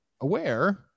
aware